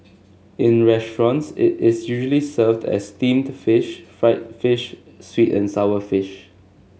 in restaurants it is usually served as steamed fish fried fish sweet and sour fish